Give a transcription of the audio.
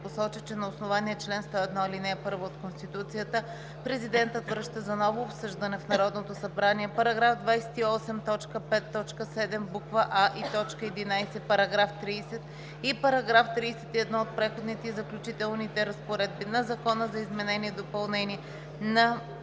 т. 11, § 30 и § 31 от Преходните и заключителните разпоредби на Закона за изменение и допълнение на